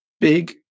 big